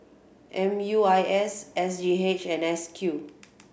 M U I S S G H and S Q